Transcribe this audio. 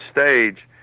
stage